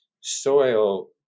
soil